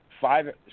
Five